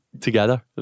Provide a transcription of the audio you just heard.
Together